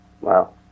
Wow